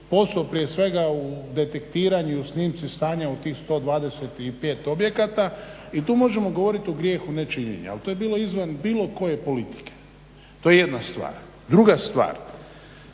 posao prije svega u detektiranju, snimci stanja u tih 125 objekata i tu možemo govoriti o grijehu nečinjenja. Ali to je bilo izvan bilo koje politike. To je jedna stvar. Druga stvar,